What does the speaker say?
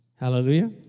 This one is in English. Hallelujah